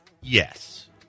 Yes